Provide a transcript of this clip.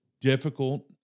difficult